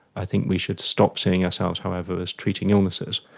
i think we should stop seeing ourselves, however, as treating illnesses,